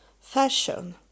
fashion